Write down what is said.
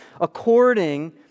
according